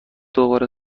دوباره